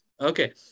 Okay